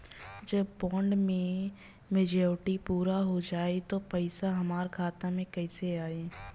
जब बॉन्ड के मेचूरिटि पूरा हो जायी त पईसा हमरा खाता मे कैसे आई?